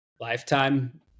Lifetime